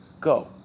go